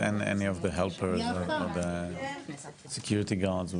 העלייה, הקליטה והתפוצות.